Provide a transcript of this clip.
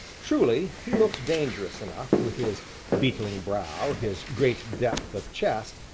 truly, he looked dangerous enough, with his beetling brow, his great depth of chest,